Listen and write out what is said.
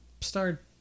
start